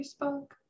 Facebook